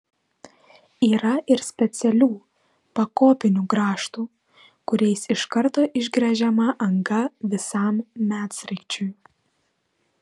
yra ir specialių pakopinių grąžtų kuriais iš karto išgręžiama anga visam medsraigčiui